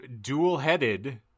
dual-headed